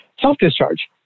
self-discharge